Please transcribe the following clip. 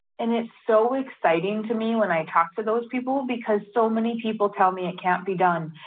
and it's so exciting to me when i talk to those people because so many people tell me it can't be done.